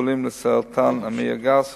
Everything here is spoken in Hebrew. בטיפולים לסרטן המעי הגס הגרורתי.